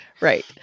Right